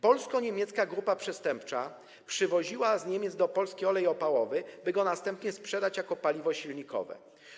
Polsko-niemiecka grupa przestępcza przywoziła z Niemiec do Polski olej opałowy, by go następnie sprzedać jako paliwo silnikowe.